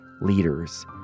leaders